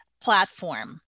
platform